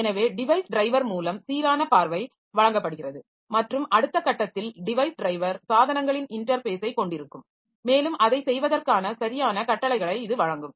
எனவே device driver மூலம் சீரான பார்வை வழங்கப்படுகிறது மற்றும் அடுத்த கட்டத்தில் டிவைஸ் ட்ரைவர் சாதனங்களின் இன்டர்ஃபேஸ்ஸைக் கொண்டிருக்கும் மேலும் அதைச் செய்வதற்கான சரியான கட்டளைகளை இது வழங்கும்